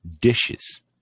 dishes